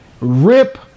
rip